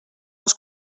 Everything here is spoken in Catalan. els